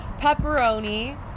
pepperoni